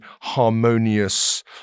harmonious